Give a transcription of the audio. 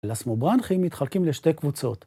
אלסמונברנכים מתחלקים לשתי קבוצות.